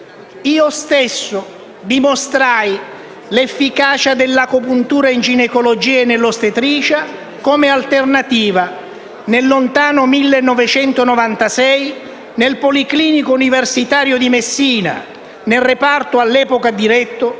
io stesso dimostrai l'efficacia dell'agopuntura in ginecologia e nell'ostetricia come alternativa al Policlinico universitario di Messina, nel reparto all'epoca diretto